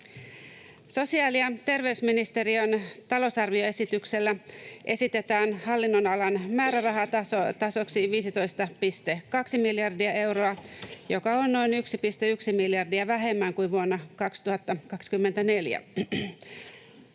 Sosiaali- ja terveysministeriön talousarvioesityksellä esitetään hallinnonalan määrärahatasoksi 15,2 miljardia euroa, joka on noin 1,1 miljardia vähemmän kuin vuonna 2024.